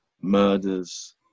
murders